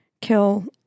kill